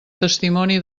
testimoni